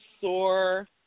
sore